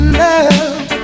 love